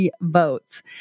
votes